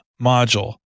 module